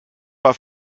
war